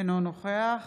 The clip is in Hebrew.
אינו נוכח